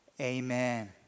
amen